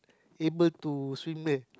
able to swim there